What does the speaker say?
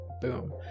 boom